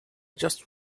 just